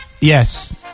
Yes